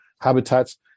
habitats